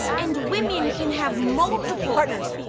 and women can have multiple. partners.